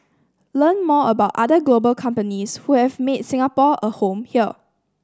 learn more about other global companies who have made Singapore a home here